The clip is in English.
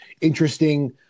interesting